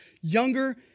younger